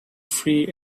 free